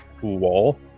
wall